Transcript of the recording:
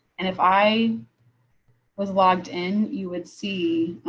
and if i was logged in, you would see